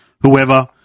Whoever